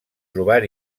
trobar